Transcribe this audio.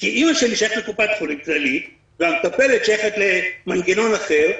כי אימא שלי שייכת לקופת חולים כללית והמטפלת שייכת למנגנון אחר.